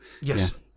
Yes